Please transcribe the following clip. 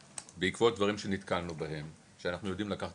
בעקבות דברים שנתקלנו בהם שאנחנו יודעים לקחת